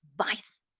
advice